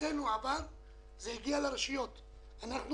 מבחינתנו לעבור זה כאשר הכסף מגיע לרשויות המקומיות.